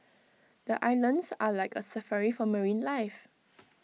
the islands are like A Safari for marine life